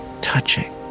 touching